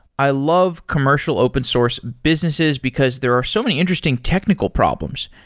i love commercial open source businesses because there are so many interesting technical problems.